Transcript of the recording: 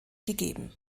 gegeben